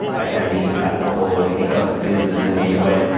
okay, you can cut the cord. and he got the scissors and he went,